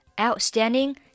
Outstanding